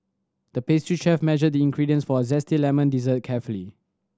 the pastry chef measured the ingredients for a zesty lemon dessert carefully